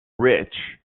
rich